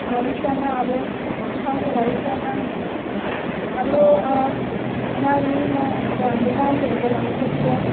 भविष्यमा अब आउने भविष्यमा हाम्रो नानी अब हाम्रो नानीहरूको भविष्यतिर उनीहरूको